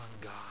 God